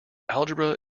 algebra